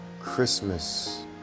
Christmas